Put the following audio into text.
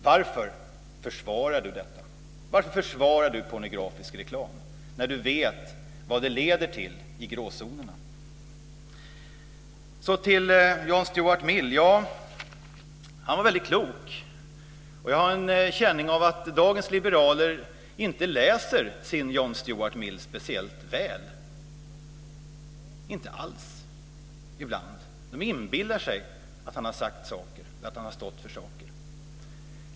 Varför försvarar Bo Könberg pornografisk reklam när han vet vad det leder till i gråzonerna? Så till John Stuart Mill - ja, han var väldigt klok. Jag har en känsla av att dagens liberaler inte läser sin John Stuart Mill speciellt väl, ibland inte alls. De inbillar sig att han har sagt saker eller har stått för saker.